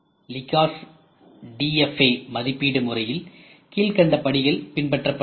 LICAS DFA மதிப்பீடு முறையில் கீழ்க்கண்டபடிகள் பின்பற்றப்படுகிறது